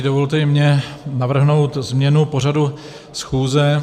Dovolte i mně navrhnout změnu pořadu schůze.